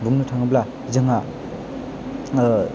बुंनो थाङोब्ला जोंहा